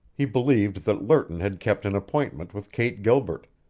he believed that lerton had kept an appointment with kate gilbert,